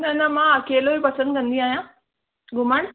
न न मां अकेलो ई पसंदि कंदी आहियां घुमणु